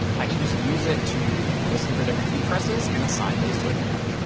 i can just use it to listen for different key presses and assign those to a handler.